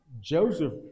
Joseph